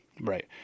Right